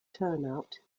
turnout